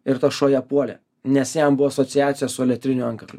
ir tas šuo ją puolė nes jam buvo asociacija su elektriniu antkakliu